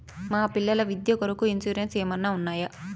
మా పిల్లల విద్య కొరకు ఇన్సూరెన్సు ఏమన్నా ఉన్నాయా?